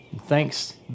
Thanks